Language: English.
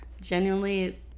genuinely